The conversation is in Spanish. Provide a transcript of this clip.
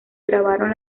grabaron